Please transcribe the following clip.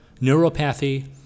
neuropathy